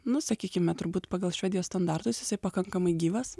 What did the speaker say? nu sakykime turbūt pagal švedijos standartus isai pakankamai gyvas